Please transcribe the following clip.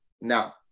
now